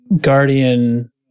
Guardian